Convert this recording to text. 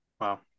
Wow